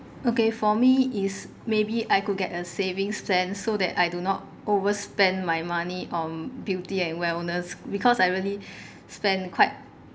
okay for me is maybe I could get a savings plan so that I do not over spend my money on beauty and wellness because I really spend quite